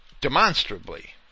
Demonstrably